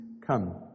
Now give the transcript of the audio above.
come